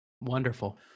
Wonderful